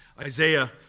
Isaiah